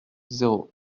zéro